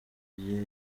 gihe